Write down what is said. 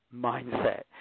mindset